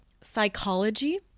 psychology